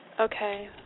Okay